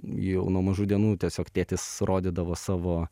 jau nuo mažų dienų tiesiog tėtis rodydavo savo